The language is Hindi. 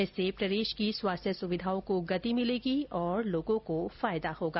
इससे प्रदेश की स्वास्थ्य सुविघाओं को गति मिलेगी और लोगों को फायदा होगा